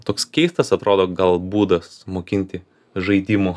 toks keistas atrodo gal būdas mokinti žaidimu